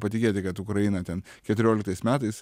patikėti kad ukraina ten keturioliktais metais